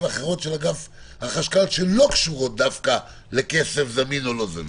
ואחרות של אגף החשכ"ל שלא קשורות דווקא לכסף זמין או לא זמין.